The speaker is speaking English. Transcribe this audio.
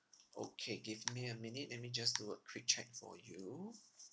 okay give me a minute let me just do a quick check for you